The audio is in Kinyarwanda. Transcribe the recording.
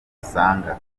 usanga